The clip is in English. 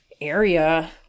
area